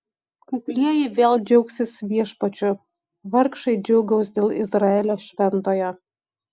kuklieji vėl džiaugsis viešpačiu vargšai džiūgaus dėl izraelio šventojo